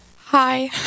Hi